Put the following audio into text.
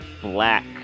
black